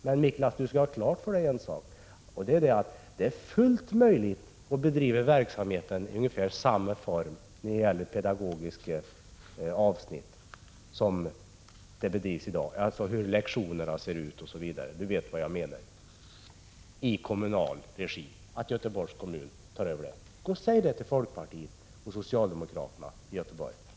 Men, Miklas, du skall ha en sak klar för dig, och det är att det är fullt möjligt att bedriva verksamheten i ungefär samma form när det gäller pedagogiska avsnitt som för närvarande, alltså när det gäller uppläggningen av lektionerna osv. — du vet vad jag menar —-i kommunal regi, när Göteborgs kommun har tagit över. Gå och säg detta till folkpartisterna och socialdemokraterna i Göteborg.